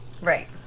Right